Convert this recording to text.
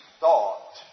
thought